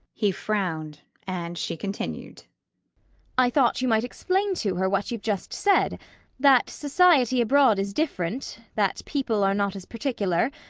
he frowned, and she continued i thought you might explain to her what you've just said that society abroad is different. that people are not as particular,